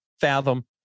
fathom